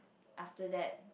after that